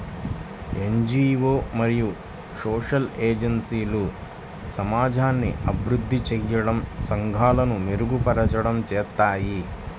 NGO మరియు social ఏజెన్సీలు సమాజాన్ని అభివృద్ధి చేయడం, సంఘాలను మెరుగుపరచడం చేస్తాయి